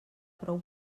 prou